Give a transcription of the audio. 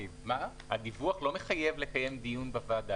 הדיווח לא מחייב לקיים דיון בוועדה.